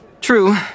True